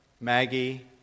Maggie